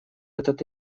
этот